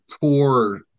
poor